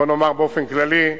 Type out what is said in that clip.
בוא נאמר באופן כללי,